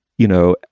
you know,